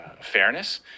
fairness